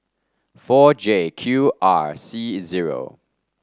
four J Q R C zero